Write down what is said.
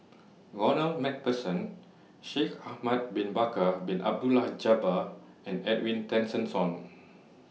Ronald MacPherson Shaikh Ahmad Bin Bakar Bin Abdullah Jabbar and Edwin Tessensohn